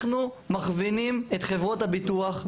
אנחנו מכווינים את חברות הביטוח,